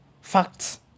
Facts